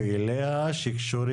שעה.